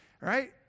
right